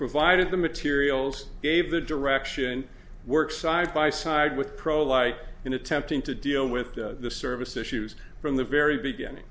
provided the materials gave the direction work side by side with pro like in attempting to deal with the service issues from the very beginning